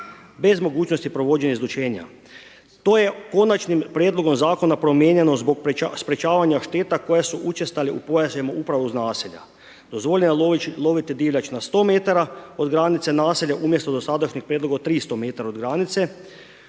bez mogućnosti provođenja izlučenja. To je Konačnim prijedlogom zakona promijenjeno zbog sprečavanja šteta koje su učestalu u pojasevima upravo uz naselja. Dozvolite loviti divljač na sto metara od granica naselja umjesto dosadašnjih prijedloga od tristo metara od granice,